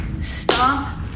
Stop